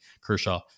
Kershaw